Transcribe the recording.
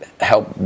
help